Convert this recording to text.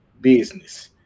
business